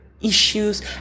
issues